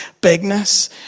bigness